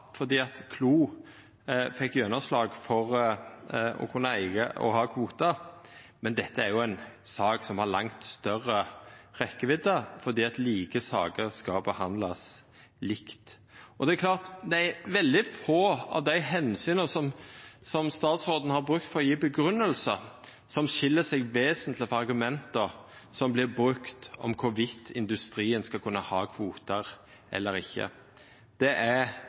fordi like saker skal behandlast likt. Veldig få av dei omsyna som statsråden har brukt til grunngjevingar, skil seg vesentleg frå argumenta som blir brukte om industrien skal kunna ha kvotar eller ikkje. Det er